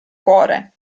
cuore